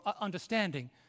understanding